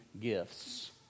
gifts